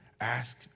ask